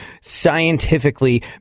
Scientifically